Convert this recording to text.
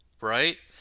right